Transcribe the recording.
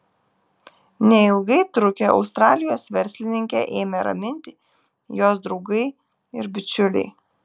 neilgai trukę australijos verslininkę ėmė raminti jos draugai ir bičiuliai